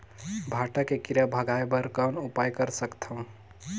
भांटा के कीरा भगाय बर कौन उपाय कर सकथव?